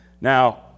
Now